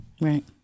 Right